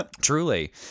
Truly